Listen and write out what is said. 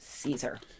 caesar